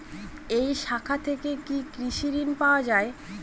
এই শাখা থেকে কি কৃষি ঋণ পাওয়া যায়?